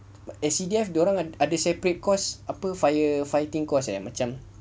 S_C_D_F dia orang ada separate course apa fire fighting course eh macam